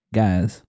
guys